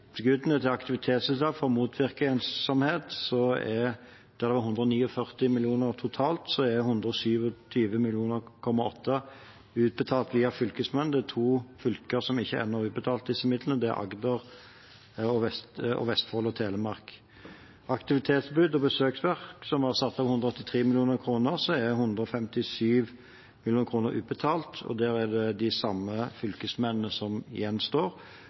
tilskuddene til aktivitetstiltak for å motvirke ensomhet, der det var 149 mill. kr totalt, er 127,8 mill. kr utbetalt via fylkesmennene. Det er to fylker som ennå ikke har utbetalt disse midlene. Det er Agder og Vestfold og Telemark. Når det gjelder aktivitetstilbud og besøksvert, som vi har satt av 183 mill. kr til, er 157 mill. kr utbetalt, og der er det de samme fylkesmennene som gjenstår.